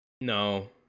No